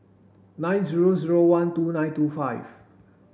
nine zero zero one two nine two five